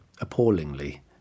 appallingly